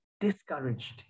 discouraged